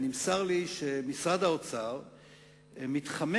נמסר לי שמשרד האוצר מתחמק